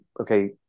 okay